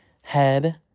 head